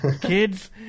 Kids